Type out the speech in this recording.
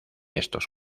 estos